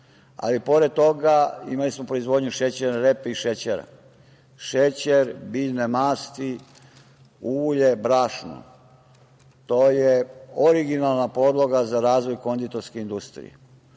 Pored toga imali smo proizvodnju šećerne repe i šećera, šećer, biljne masti, ulje, brašno. To je originalna podloga za razvoj konditorske industrije.